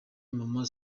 maman